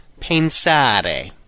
pensare